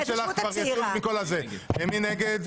שלך כבר יצאו מכול --- מי נגד?